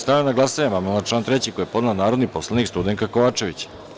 Stavljam na glasanje amandman na član 3. koji je podnela narodni poslanik Studenka Kovačević.